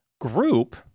group